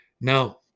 Now